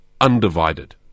undivided